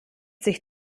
sich